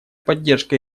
поддержка